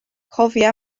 cofia